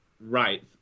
right